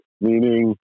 meaning